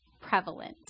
prevalent